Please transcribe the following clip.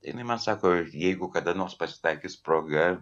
jinai man sako jeigu kada nors pasitaikys proga